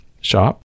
shop